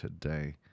today